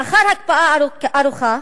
לאחר הקפאה ארוכה